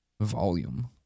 volume